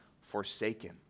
forsaken